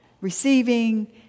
receiving